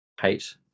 hate